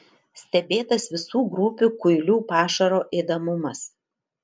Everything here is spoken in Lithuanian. stebėtas visų grupių kuilių pašaro ėdamumas